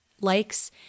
likes